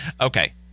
Okay